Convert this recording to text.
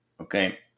okay